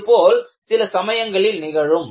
இதுபோல் சில சமயங்களில் நிகழும்